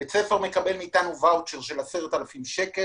בית ספר מקבל מאתנו ואוצ'ר של 10,000 שקל